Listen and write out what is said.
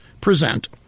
present